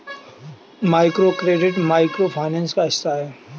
microcredit micro finance का हिस्सा है